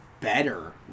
better